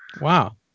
Wow